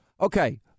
Okay